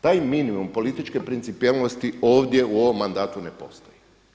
Taj minimum političke principijelnosti ovdje u ovom mandatu ne postoji.